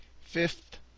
fifth